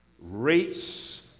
Rates